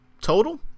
Total